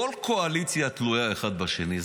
כל קואליציה תלויה, אחד בשני.